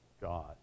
God